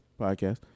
podcast